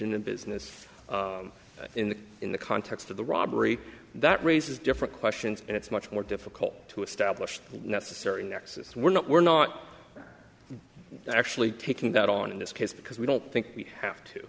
business in the in the context of the robbery that raises different questions and it's much more difficult to establish the necessary nexus we're not we're not actually taking that on in this case because we don't think we have to